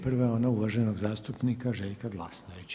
Prva je ona uvaženog zastupnika Željka Glasnovića.